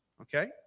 okay